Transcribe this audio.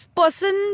person